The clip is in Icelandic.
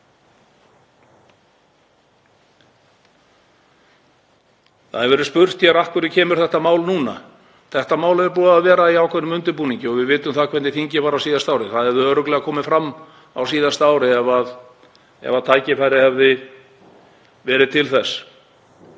Það hefur verið spurt hér: Af hverju kemur þetta mál núna? Þetta málið er búið að vera í ákveðnum undirbúningi. Við vitum hvernig þingið var á síðasta ári. Það hefði örugglega komið fram á síðasta ári ef tækifæri hefði verið til þess.